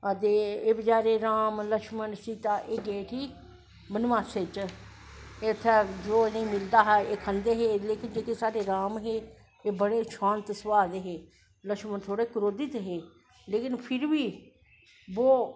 ते एह् बचैरे राम लक्ष्मण सीता गे उठी बनवासैं च जो इनेंगी मिलदा हा खंदे हे लेकिन साढ़े जेह्के राम हे एह् बड़े शांत स्भा दे हे लक्ष्मण थोह्ड़े क्रोधित हे लेकिन फिर बी ओह्